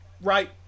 Right